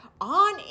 on